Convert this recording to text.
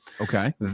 Okay